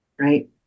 Right